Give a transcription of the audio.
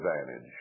advantage